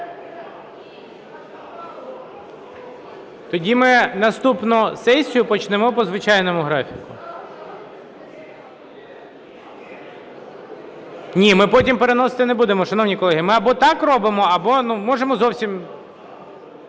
Тоді ми наступну сесію почнемо по звичайному графіку. (Шум у залі) Ні, ми потім переносити не будемо, шановні колеги, ми або так робимо, або можемо зовсім…